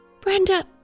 Brenda